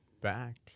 back